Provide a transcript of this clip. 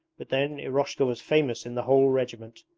but then eroshka was famous in the whole regiment.